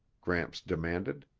gramps demanded.